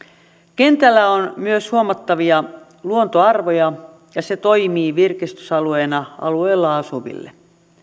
kentällä on myös huomattavia luontoarvoja ja se toimii virkistysalueena alueella asuville